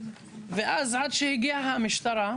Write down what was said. ואז עד שהגיעה המשטרה,